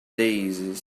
daisies